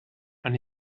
and